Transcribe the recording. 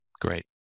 Great